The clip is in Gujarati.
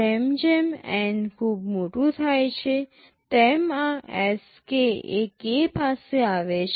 જેમ જેમ N ખૂબ મોટું થાય છે તેમ આ Sk એ k પાસે આવે છે